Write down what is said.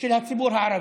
של הציבור הערבי.